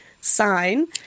sign